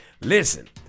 Listen